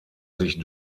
sich